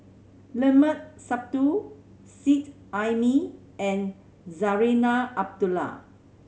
Limat Sabtu Seet Ai Mee and Zarinah Abdullah